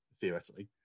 theoretically